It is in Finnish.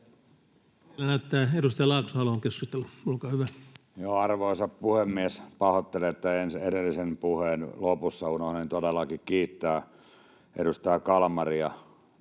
näin!] Näyttää edustaja Laakso haluavan keskustella. — Olkaa hyvä. Arvoisa puhemies! Pahoittelen, että edellisen puheen lopussa unohdin todellakin kiittää edustaja Kalmaria,